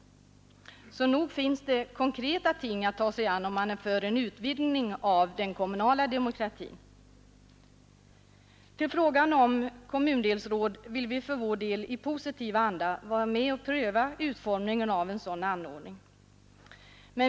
Så nog finns det konkreta ting att ta sig an om man är för en utvidgning av den kommunala demokratin. Till frågan om kommundelsråd vill vi för vår del i positiv anda vara med och pröva utformningen av en sådan anordning.